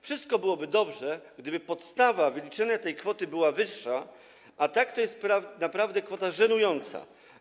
Wszystko byłoby dobrze, gdyby podstawa wyliczenia tej kwoty była wyższa, a tak to jest naprawdę kwota żenująca.